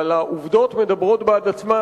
אבל העובדות מדברות בעד עצמן.